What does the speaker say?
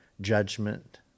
judgment